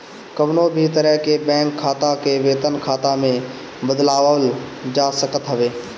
कवनो भी तरह के बैंक खाता के वेतन खाता में बदलवावल जा सकत हवे